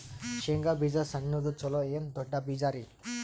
ಶೇಂಗಾ ಬೀಜ ಸಣ್ಣದು ಚಲೋ ಏನ್ ದೊಡ್ಡ ಬೀಜರಿ?